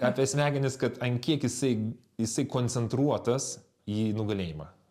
apie smegenis kad ant kiek jisai jisai koncentruotas į nugalėjimą